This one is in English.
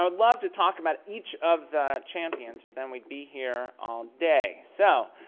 um love to talk about each of the champions but then we'd be here all day. so,